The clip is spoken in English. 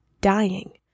dying